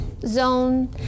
zone